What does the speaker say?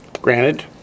Granted